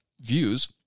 views